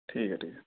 ٹھیک ہے ٹھیک ہے